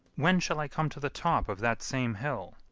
when shall i come to the top of that same hill?